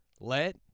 Let